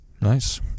Nice